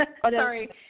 Sorry